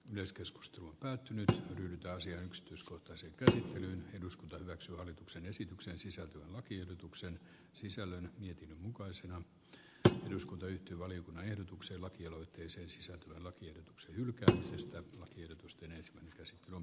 myös keskustelu päättynyt mitä asian yksityiskohtaisen käsittelyn eduskunta hyväksyy hallituksen esitykseen sisältyvän lakiehdotuksen sisällön mietinnön mukaisena mutta en usko että valiokunnan ehdotuksen lakialoitteeseen sisältyvän lakiehdotuksen hylkäämisestä lakiehdotusten esittänyt sotainvalideille